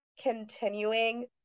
continuing